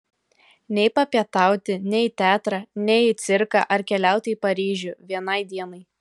nei papietauti nei į teatrą nei į cirką ar keliauti į paryžių vienai dienai